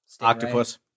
Octopus